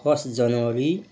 first January